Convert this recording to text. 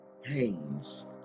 Haynes